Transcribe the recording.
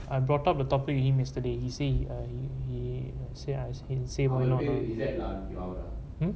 I brought up the topic yesterday he say he say as in same way is that are you our